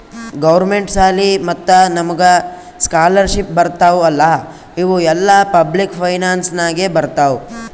government ಸಾಲಿ ಮತ್ತ ನಮುಗ್ ಸ್ಕಾಲರ್ಶಿಪ್ ಬರ್ತಾವ್ ಅಲ್ಲಾ ಇವು ಎಲ್ಲಾ ಪಬ್ಲಿಕ್ ಫೈನಾನ್ಸ್ ನಾಗೆ ಬರ್ತಾವ್